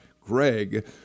Greg